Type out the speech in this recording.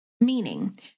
meaning